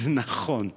זה נכון.